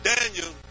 Daniel